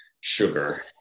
sugar